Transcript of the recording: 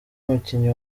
mukinnyi